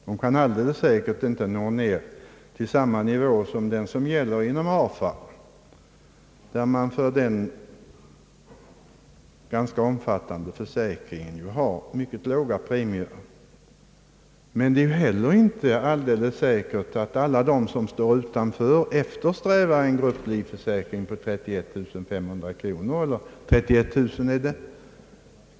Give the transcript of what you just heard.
De kan säkert inte nå ner till den nivå som gäller inom AFA, där man för den ganska omfattande försäkringen ju har mycket låga premier. Men det är å andra sidan inte alldeles säkert att alla de som står utanför eftersträvar en grupplivförsäkring på 31 000 kronor.